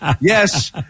Yes